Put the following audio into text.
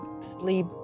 sleep